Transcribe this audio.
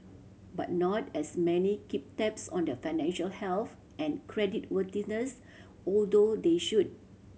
but not as many keep tabs on their financial health and creditworthiness although they should